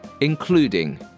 including